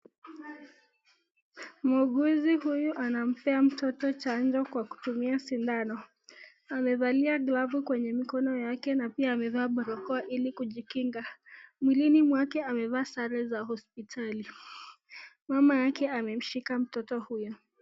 Muuguzi huyu anampea mtoto chanjo kwa kutumia sindano. Amevalia glavu kwenye mikono yake na pia amevaa barakoa ili kujikinga. Mwilini mwake amevaa sare za hospitali mama yake amemshika mtoto huyo.